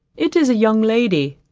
it is a young lady,